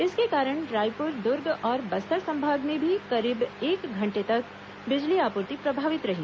इसके कारण रायपुर द्र्ग और बस्तर संभाग में भी करीब एक घंटे तक बिजली आपूर्ति प्रभावित रही